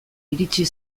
iritsi